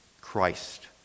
Christ